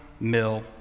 mill